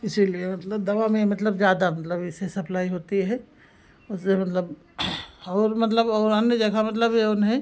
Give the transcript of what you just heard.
इसीलिए मतलब दवा में मतलब ज़्यादा मतलब जैसे सप्लाई होती है उसे मतलब और मतलब और अन्न जगह मतलब जऊन है